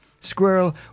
Squirrel